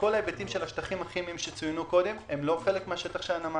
שכל ההיבטים של השטחים הכימיים שצוינו קודם הם לא חלק משטח הנמל.